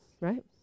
right